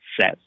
says